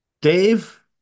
Dave